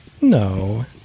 No